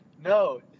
no